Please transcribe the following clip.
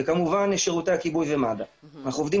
כמובן עובדים